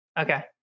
okay